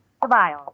Goodbye